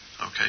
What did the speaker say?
Okay